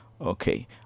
okay